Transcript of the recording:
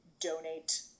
donate